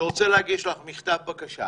אני רוצה להגיש לך מכתב בקשה